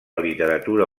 literatura